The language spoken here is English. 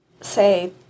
say